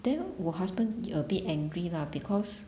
then 我 husband a bit angry lah because